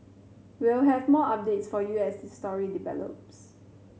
we'll have more updates for you as this story develops